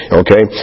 okay